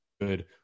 good